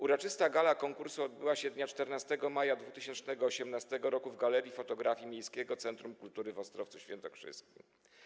Uroczysta gala konkursu odbyła się dnia 14 maja 2018 r. w Galerii Fotografii Miejskiego Centrum Kultury w Ostrowcu Świętokrzyskim.